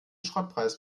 schrottpreis